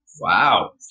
Wow